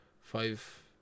five